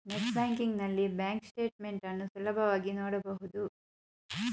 net banking ನಲ್ಲಿ bank statement ಅನ್ನು ಸುಲಭವಾಗಿ ನೋಡಬಹುದು